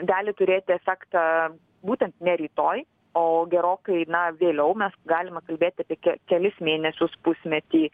gali turėti efektą būtent ne rytoj o gerokai na vėliau mes galime kalbėti apie ke kelis mėnesius pusmetį